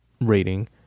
rating